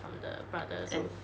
and orh